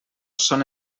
són